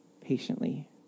patiently